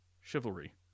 chivalry